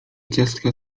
ciastka